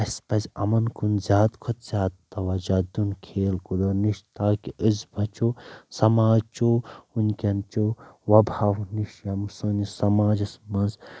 اسہِ پزِ یِمن کُن زیادٕ کھۄتہٕ زیادٕ توجہ دِیُن کھیل کوٗدو نِش تاکہِ أسۍ بچو سماجچو وٕنکیٚن چو وبہاو نش یم سٲنس سماجس منٛز